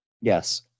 Yes